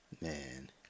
Man